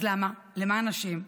אז למה, למען השם,